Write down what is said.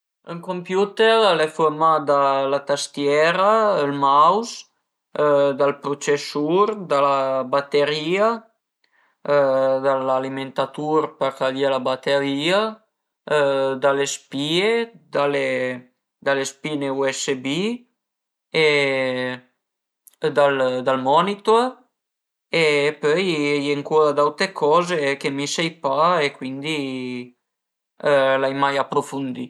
Ën computer al e furmà da la tastiera, ël mouse, dal prucesur, da la bateria, l'alimentatur për cariè la bateria, da le spìe e da le spine USB e dal monitor e pöi a ie ancura d'aute coze che mi sai pa e cuindi l'ai mai aprufundì